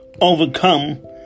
overcome